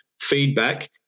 feedback